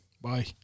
Bye